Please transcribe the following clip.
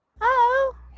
Hello